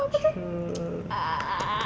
sure